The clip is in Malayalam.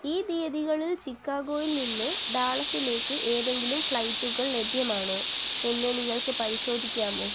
ഈ തീയ്യതികളിൽ ചിക്കാഗോയിൽ നിന്ന് ഡാളസിലേക്ക് ഏതെങ്കിലും ഫ്ലൈറ്റുകൾ ലഭ്യമാണോ എന്ന് നിങ്ങൾക്ക് പരിശോധിക്കാമോ